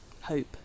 hope